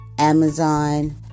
Amazon